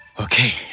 okay